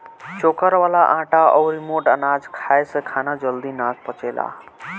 चोकर वाला आटा अउरी मोट अनाज खाए से खाना जल्दी ना पचेला